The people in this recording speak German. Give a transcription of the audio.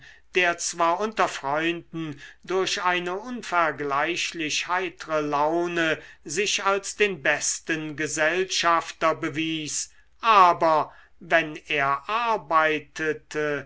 der zwar unter freunden durch eine unvergleichlich heitre laune sich als den besten gesellschafter bewies aber wenn er arbeitete